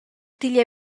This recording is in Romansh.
digl